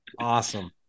Awesome